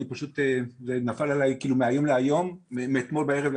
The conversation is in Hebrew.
אני פשוט זה נפל עליי מאתמול בערב להיום,